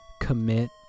commit